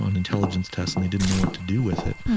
and intelligence tests and they didn't know what to do with it,